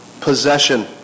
possession